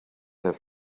have